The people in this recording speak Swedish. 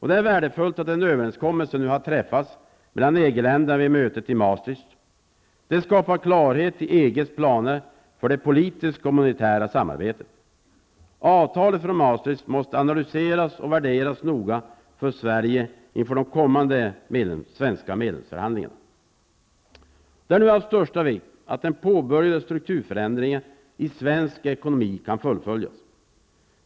Det är värdefullt att en överenskommelse har träffats mellan EG-länderna vid mötet i Maastricht. Det skapar klarhet i EGs planer för det politiska och monitära samarbetet. Avtalet från Maastricht måste analyseras och värderas noga för Sverige inför de kommande svenska medlemsförhandlingarna. Det är av största vikt att den påbörjade strukturförändringen i svensk ekonomi fullföljs.